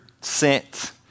sent